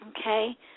okay